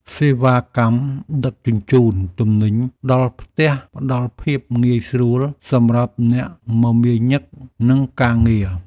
សេវាកម្មដឹកជញ្ជូនទំនិញដល់ផ្ទះផ្ដល់ភាពងាយស្រួលសម្រាប់អ្នកមមាញឹកនឹងការងារ។